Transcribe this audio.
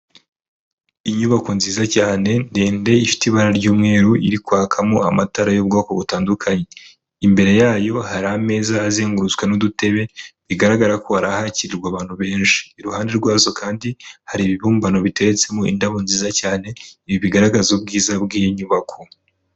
Inyubako nziza cyane ndende ifite ibara ry'umweru iri kwakamo amatara y'ubwoko butandukanye imbere yayo hari ameza azengurutswe n'udutebe bigaragara ko hari ahakirwa abantu benshi iruhande rwazo kandi hari ibibumbano biteretsemo indabo nziza cyane ibi bigaragaza ubwiza bw'iyi nyubako